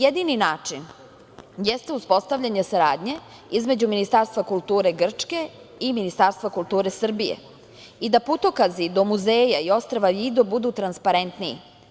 Jedini način jeste uspostavljanje saradnje između Ministarstva kulture Grčke i Ministarstva kulture Srbije, i da putokazi do muzeja i ostrva Vido budu transparentniji.